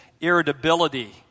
irritability